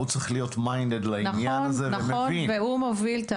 הוא צריך להיות מוכוון לעניין הזה ולהבין את זה.